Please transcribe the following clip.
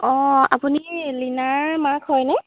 অঁ আপুনি লীনাৰ মাক হয়নে